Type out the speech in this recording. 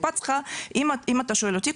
אם אתה שואל אותי,